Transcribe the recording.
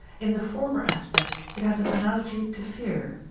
in the former aspect it has an analogy to fear,